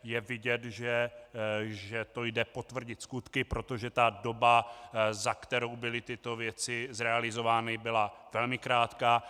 Je vidět, že to jde potvrdit skutky, protože ta doba, za kterou byly tyto věci zrealizovány, byla velmi krátká.